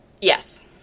Yes